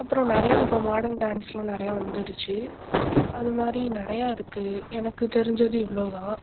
அப்புறம் நிறையா இப்போ மார்டன் டான்ஸ்லாம் நிறையா வந்துடுச்சு அதுமாதிரி நிறையா இருக்கு எனக்கு தெரிஞ்சது இவ்வளோதான்